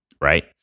right